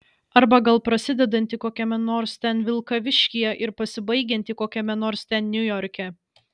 arba gal prasidedantį kokiame nors ten vilkaviškyje ir pasibaigiantį kokiame nors ten niujorke